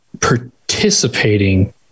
participating